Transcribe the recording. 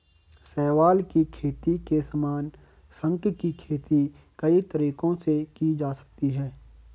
शैवाल की खेती के समान, शंख की खेती कई तरीकों से की जा सकती है